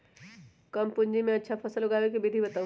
कम पूंजी में अच्छा फसल उगाबे के विधि बताउ?